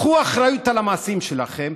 קחו אחריות על המעשים שלכם,